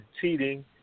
cheating